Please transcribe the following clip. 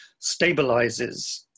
stabilizes